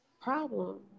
problem